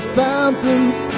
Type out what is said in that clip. fountains